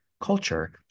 culture